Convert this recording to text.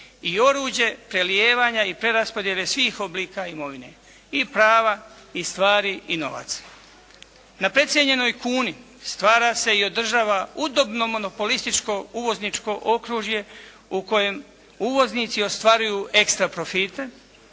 i oruđe prelijevanja i preraspodjele svih oblika imovine, i prava i stvari i novac. Na precijenjenoj kuni stvara se i održava udobno monopolističko, uvozničko okružje u kojem uvoznici ostvaruju ekstra profite